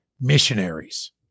missionaries